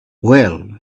well